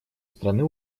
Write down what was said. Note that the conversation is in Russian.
страны